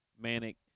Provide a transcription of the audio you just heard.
manic